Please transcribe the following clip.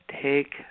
take